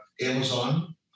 Amazon